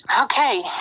Okay